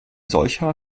solcher